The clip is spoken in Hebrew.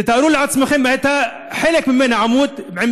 תתארו לעצמכם שהיה חלק ממנה בעימות עם